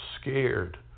scared